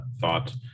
thought